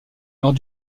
lors